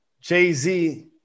Jay-Z